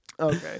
Okay